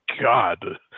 God